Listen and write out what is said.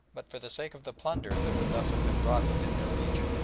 but for the sake of the plunder that would thus have been brought within their reach.